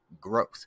growth